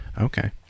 Okay